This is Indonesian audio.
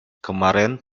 kemarin